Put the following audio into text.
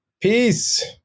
peace